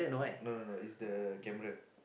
no no no is the camera